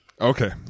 Okay